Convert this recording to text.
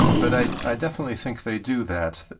but i i definitely think they do that,